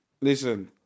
Listen